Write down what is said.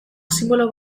sinbolo